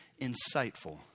insightful